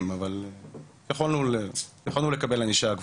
מוכר לך הדברים האלה?